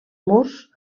murs